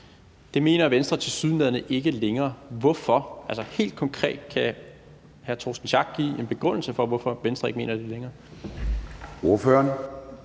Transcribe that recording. Det mener Venstre tilsyneladende ikke længere. Hvorfor? Kan hr. Torsten Schack Pedersen helt konkret give en begrundelse for, hvorfor Venstre ikke mener det længere?